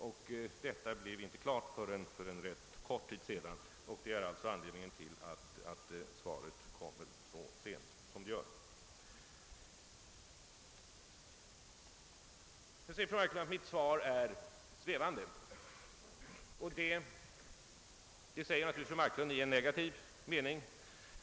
Att så skulle ske blev inte klart förrän för ganska kort tid sedan, och det är alltså anledningen till att svaret kommer så sent som det gör. Vidare säger fru Marklund att mitt svar är svävande. Det säger naturligtvis fru Marklund i en negativ mening.